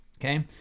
Okay